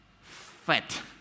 fat